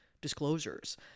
disclosures